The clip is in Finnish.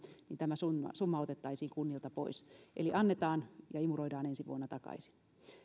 tämä summa summa otettaisiin kunnilta pois eli annetaan ja imuroidaan ensi vuonna takaisin